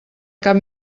cap